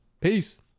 Peace